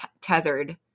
tethered